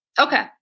Okay